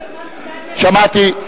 שמעתי.